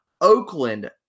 Oakland